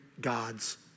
God's